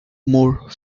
more